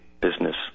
business